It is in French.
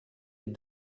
est